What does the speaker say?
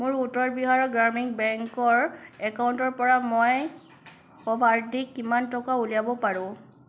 মোৰ উত্তৰ বিহাৰ গ্ৰামীণ বেংকৰ একাউণ্টৰ পৰা মই সৰ্বাধিক কিমান টকা উলিয়াব পাৰোঁ